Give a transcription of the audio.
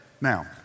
Now